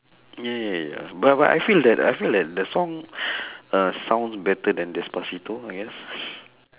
ya ya ya but but I feel that I feel that the song uh sounds better than despacito I guess